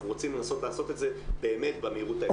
אנחנו רוצים לנסות לעשות את זה באמת במהירות האפשרית.